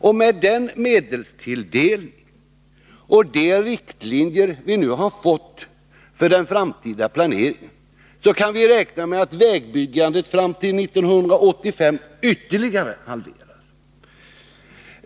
Och med den medelstilldelning och de riktlinjer vi nu har fått för den framtida planeringen kan vi räkna med att vägbyggandet fram till 1985 ytterligare halveras.